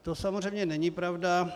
To samozřejmě není pravda.